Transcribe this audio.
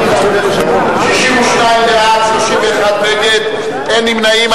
62 בעד, 31 נגד, אין נמנעים.